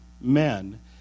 men